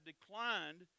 declined